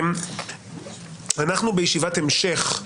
אנחנו בישיבת המשך,